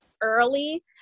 early